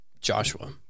Joshua